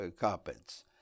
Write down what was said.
carpets